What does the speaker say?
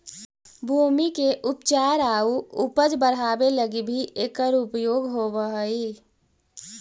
भूमि के उपचार आउ उपज बढ़ावे लगी भी एकर उपयोग होवऽ हई